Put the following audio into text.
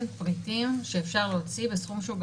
לנציגת הארגונים החברתיים שנמצאת כאן ואני יודע שיש גם הרבה בזום.